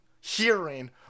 hearing